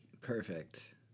Perfect